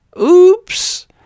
Oops